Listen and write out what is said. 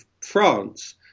France